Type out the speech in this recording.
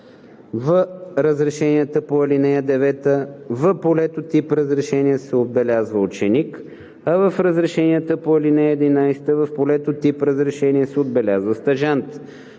в разрешенията по ал. 9 в полето „тип разрешение“ се отбелязва „ученик“, а в разрешенията по ал. 11 в полето „тип разрешение“ се отбелязва „стажант“.